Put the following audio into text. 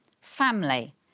family